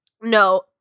No